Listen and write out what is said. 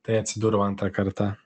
tai atsidūriau antrą kartą